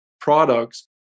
products